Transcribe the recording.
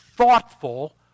thoughtful